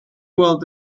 weld